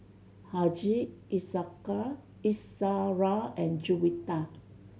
Haziq Izzara and Juwita